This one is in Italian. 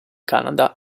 canada